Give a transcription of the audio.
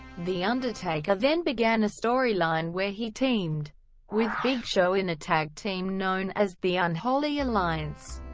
the undertaker then began a storyline where he teamed with big show in a tag team known as the unholy alliance,